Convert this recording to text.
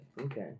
Okay